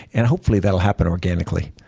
and hopefully that'll happen organically.